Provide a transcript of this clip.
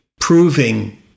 proving